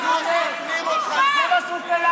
משפט סיום.